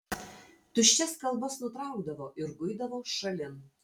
tuščias kalbas nutraukdavo ir guidavo šalin